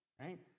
right